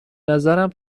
نظرم